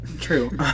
true